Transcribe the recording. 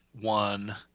one